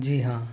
जी हाँ